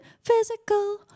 Physical